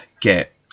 get